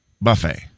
Buffet